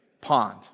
pond